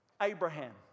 Abraham